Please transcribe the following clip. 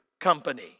company